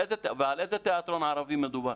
ועל איזה תיאטרון ערבי מדובר?